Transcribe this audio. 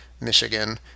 Michigan